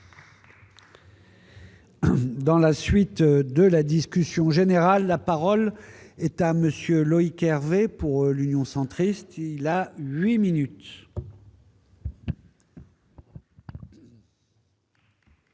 Dans la suite de la discussion générale, la parole est à monsieur Loïc Hervé pour l'union centriste, il a 8 minutes.